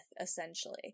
essentially